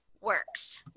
works